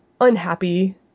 unhappy